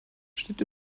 steht